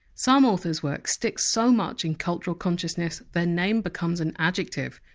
some authors! work sticks so much in cultural consciousness, their name becomes an adjective.